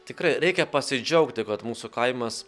tikrai reikia pasidžiaugti kad mūsų kaimas